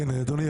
אדוני,